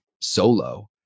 solo